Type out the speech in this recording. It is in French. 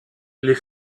les